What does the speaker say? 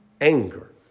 anger